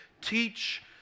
teach